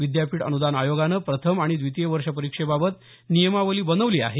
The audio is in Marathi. विद्यापीठ अनुदान आयोगानं प्रथम आणि द्वितीय वर्ष परीक्षेबाबत नियमावली बनवली आहे